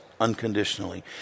unconditionally